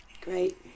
Great